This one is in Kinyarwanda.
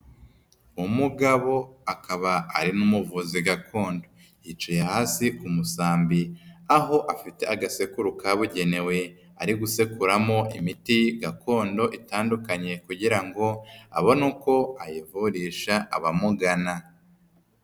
Umugabo akaba ari n'umuvuzi gakondo. Yicaye hasi ku musambi, aho afite agasekuru kabugenewe, ari gusekuramo imiti gakondo itandukanye kugira ngo abone uko ayivurisha abamugana.